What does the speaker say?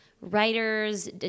writers